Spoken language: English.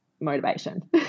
motivation